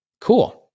Cool